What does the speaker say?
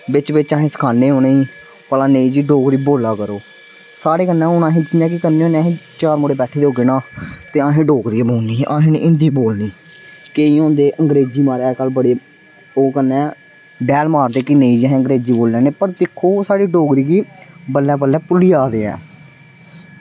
बिच बिच असें सखानें उनेंगी भला नेईं जी डोगरी बोला करो साढ़े कन्नै असें जियां केह् करने होन्ने असें चार मुड़े बैठे दे होग्गे ना ते असें डोगरी गै बोलनी असें निं हिंदी बोलनी केईं होंदे अंग्रेजी म्हाराज अजकल्ल बड़े ओह् कन्नै डैल मारदे कि नेईं जी असैं अंग्रेजी बोली लैन्ने पर दिक्खो साढ़ी डोगरी गी बल्लें बल्लें भुल्ली जा दे ऐ